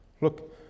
Look